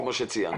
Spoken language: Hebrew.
כפי שציינת.